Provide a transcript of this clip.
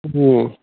ம்